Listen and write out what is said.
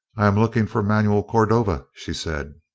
i am looking for manuel cordova, she said.